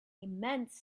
immense